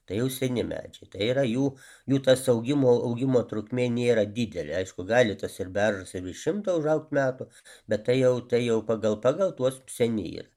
tai jau seni medžiai tai yra jų jų tas augimo augimo trukmė nėra didelė aišku gali tas ir beržas ir virš šimto užaugt metų bet tai jau tai jau pagal pagal tuos seni jie